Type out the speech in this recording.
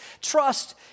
trust